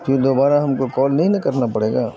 پھر دوبارہ ہم کو کال نہیں نہ کرنا پڑے گا